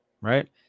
right